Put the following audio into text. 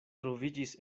troviĝis